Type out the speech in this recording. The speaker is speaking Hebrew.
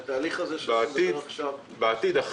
אנחנו בעתיד נוציא,